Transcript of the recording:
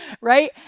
right